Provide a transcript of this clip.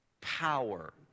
Power